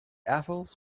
apples